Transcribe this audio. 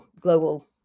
global